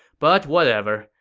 but whatever.